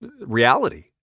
reality